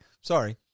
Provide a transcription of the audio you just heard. sorry